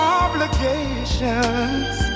obligations